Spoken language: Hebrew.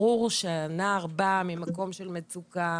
ברור שהנער בא ממקום של מצוקה